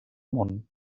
món